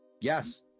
Yes